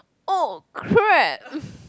oh crap